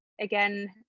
again